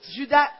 Judas